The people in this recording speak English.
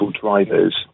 drivers